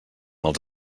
els